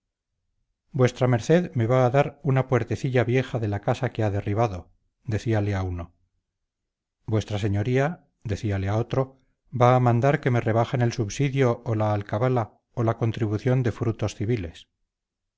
vuestra merced me va a dar una puertecilla vieja de la casa que ha derribado decíale a uno vuestra señoría decíale a otro va a mandar que me rebajen el subsidio o la alcabala o la contribución de